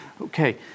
Okay